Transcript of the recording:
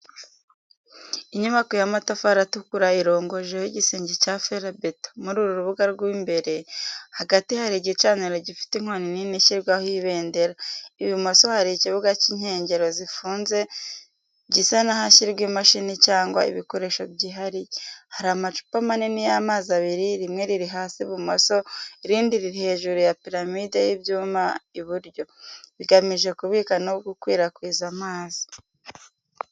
Inyubako y’amatafari atukura irongojeho igisenge cya ferabeto. Muri uru rubuga rwo imbere, hagati hari igicaniro gifite inkoni nini ishyirwaho ibendera. Ibumoso hari ikibuga cy’inkengero zifunze, gisa n’ahashyirwa imashini cyangwa ibikoresho byihariye. Hari amacupa manini y’amazi abiri, rimwe riri hasi ibumoso, irindi riri hejuru ya piramide y’ibyuma iburyo, bigamije kubika no gukwirakwiza amazi.